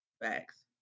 Facts